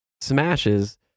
smashes